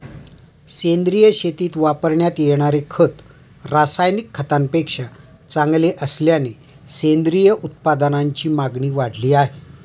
सेंद्रिय शेतीत वापरण्यात येणारे खत रासायनिक खतांपेक्षा चांगले असल्याने सेंद्रिय उत्पादनांची मागणी वाढली आहे